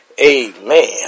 Amen